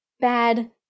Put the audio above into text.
bad